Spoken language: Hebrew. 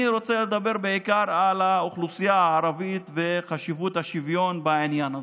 אני רוצה לדבר בעיקר על האוכלוסייה הערבית וחשיבות השוויון בעניין הזה.